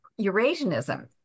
Eurasianism